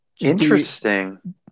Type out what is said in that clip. interesting